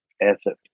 ethic